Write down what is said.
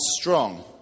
strong